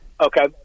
Okay